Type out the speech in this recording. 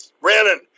Brandon